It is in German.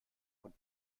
von